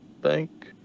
bank